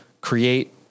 create